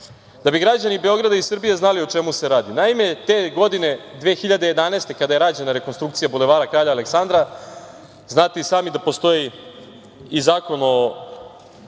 bi građani Beograda i Srbije, znali o čemu se radi, naime, te godine 2011. kada je rađena rekonstrukcija Bulevara Kralja Aleksandra, znate i sami da postoji i Zakon o